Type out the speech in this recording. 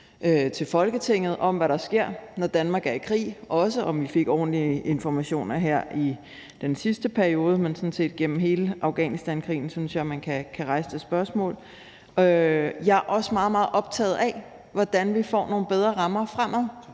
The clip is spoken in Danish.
til Folketinget om, hvad der sker, når Danmark er i krig. Men også spørgsmålet om, om vi fik ordentlige informationer her i den sidste periode, og om vi fik det gennem hele Afghanistankrigen, synes jeg man kan rejse. Jeg er også meget, meget optaget af, hvordan vi får nogle bedre rammer fremadrettet,